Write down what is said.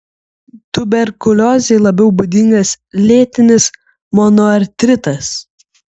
tuberkuliozei labiau būdingas lėtinis monoartritas